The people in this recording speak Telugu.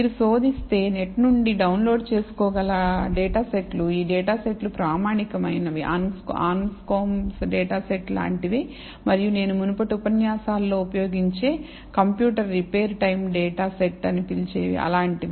మీరు శోధిస్తే నెట్ నుండి డౌన్లోడ్ చేసుకోగల డేటా సెట్లు ఈ డేటా సెట్లు ప్రామాణికమైనవి అన్స్కోమ్బ్ డేటా సెట్ లాంటివే మరియు నేను మునుపటి ఉపన్యాసాలు లో ఉపయోగించే computer repair time data set అని పిలిచేవి అలాంటివి